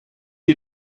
die